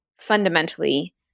fundamentally